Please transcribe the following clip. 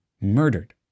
murdered